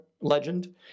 Legend